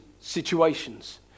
situations